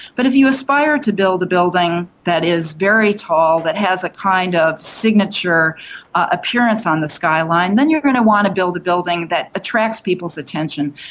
but if you aspire to build a building that is very tall, that has a kind of signature appearance on the skyline, then you're going to want to build a building that attracts people's attention,